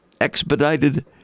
expedited